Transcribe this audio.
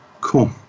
Cool